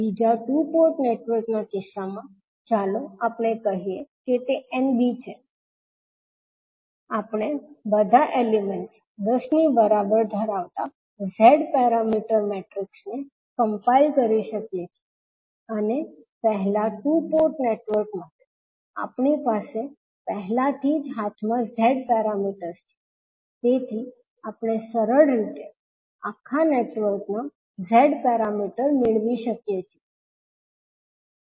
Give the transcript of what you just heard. બીજા two port નેટવર્કના કિસ્સામાં ચાલો આપણે કહીએ કે તે Nb છે આપણે બધા એલિમેંટ્સ 10 ની બરાબર ધરાવતા Z પેરામીટર મેટ્રિક્સને કમ્પાઇલ કરી શકીએ છીએ અને પહેલા ટુ પોર્ટ નેટવર્ક માટે આપણી પાસે પહેલાથી જ હાથમાં Z પેરામીટર્સ છે તેથી આપણે સરળ રીતે આખા નેટવર્કના Z પેરામીટર મેળવી શકીએ છીએ